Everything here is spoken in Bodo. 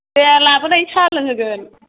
दे लाबोनायनि साहा लोंहोगोन